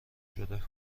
شده